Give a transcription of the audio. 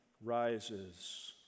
rises